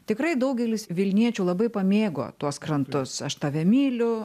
tikrai daugelis vilniečių labai pamėgo tuos krantus aš tave myliu